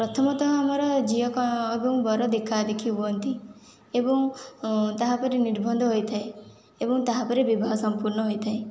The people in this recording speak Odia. ପ୍ରଥମତଃ ଆମର ଝିଅ ଏବଂ ବର ଦେଖାଦେଖି ହୁଅନ୍ତି ଏବଂ ତାହାପରେ ନିର୍ବନ୍ଧ ହୋଇଥାଏ ଏବଂ ତାହାପରେ ବିବାହ ସଂପୂର୍ଣ୍ଣ ହୋଇଥାଏ